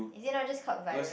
is it not just called virus